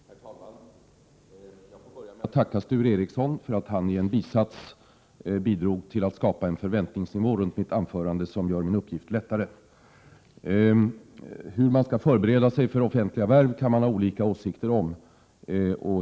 Herr talman! Jag får börja med att tacka Sture Ericson för att han i en bisats bidrog till att skapa en förväntningsnivå runt mitt anförande som gör min uppgift lättare. Hur man skall förbereda sig för offentliga värv kan man ha olika åsikter om.